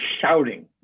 shouting